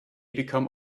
become